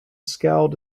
scowled